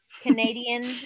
canadian